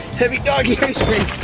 heavy doggy ice-cream.